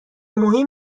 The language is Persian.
مهمی